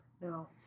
No